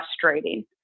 frustrating